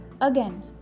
again